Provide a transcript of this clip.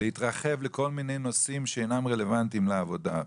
להתרחב לכל מיני נושאים שאינם רלוונטיים לעבודה.